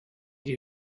die